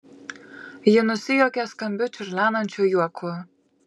ji nusijuokė skambiu čiurlenančiu juoku